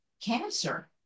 cancer